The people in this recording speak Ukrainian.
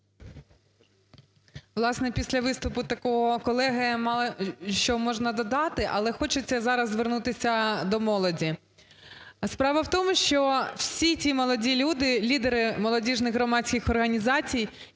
Власне, після виступу такого колеги, мало що можна додати. Але хочеться зараз звернутися до молоді. Справа в тому, що всі ті молоді люди, лідери молодіжних громадських організацій,